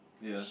ya